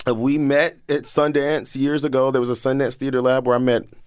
but we met at sundance years ago. there was a sundance theatre lab where i met